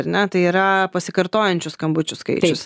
ar ne tai yra pasikartojančių skambučių skaičius